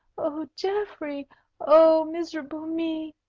oh, geoffrey oh, miserable me!